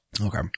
Okay